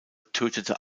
tötete